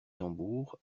tambour